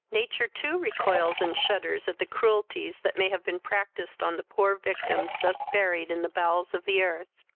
nature too recoils and shudders at the cruelties that may have been practised on the poor victims thus buried in the bowels of the earth.